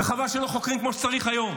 וחבל שלא חוקרים כמו שצריך היום,